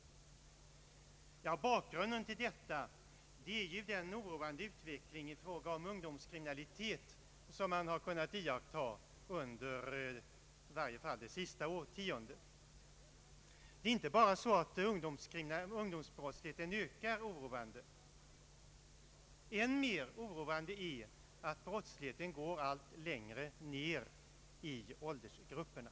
Bakgrunden till detta är den oroande utveckling i fråga om ungdomskriminalitet som man har kunnat iaktta under i varje fall det senaste årtiondet. Det är inte bara så att ungdomsbrottsligheten ökar oroande. än mer oroande är att brottsligheten går allt längre ner i åldersgrupperna.